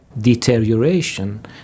Deterioration